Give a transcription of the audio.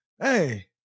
hey